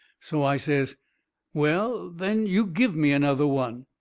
so i says well, then, you give me another one!